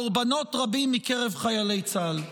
קורבנות רבים מקרב חיילי צה"ל.